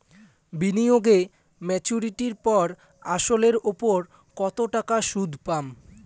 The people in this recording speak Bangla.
বিনিয়োগ এ মেচুরিটির পর আসল এর উপর কতো টাকা সুদ পাম?